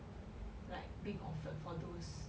like being offered for those